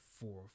four